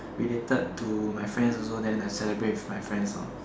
related to my friends also than I celebrate with my friends lor